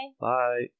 Bye